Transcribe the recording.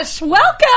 Welcome